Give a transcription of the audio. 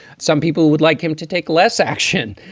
some people would like him to take less action.